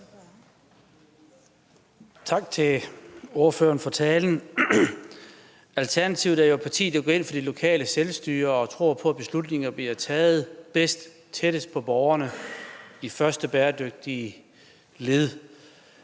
Tak til ordføreren for talen. Alternativet er et parti, der går ind for lokalt selvstyre og tror på, at beslutninger bliver taget bedst tættest på borgerne i første bæredygtige led.